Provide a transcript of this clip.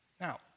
Now